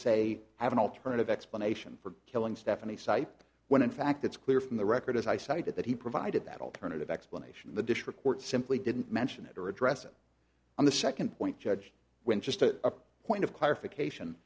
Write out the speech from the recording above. i have an alternative explanation for killing stephany sipe when in fact it's clear from the record as i cited that he provided that alternative explanation the district court simply didn't mention it or address it on the second point judge when just a point of clarification